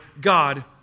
God